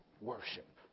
worship